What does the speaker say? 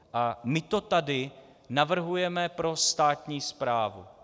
A my to tady navrhujeme pro státní správu.